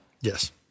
Yes